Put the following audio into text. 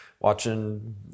watching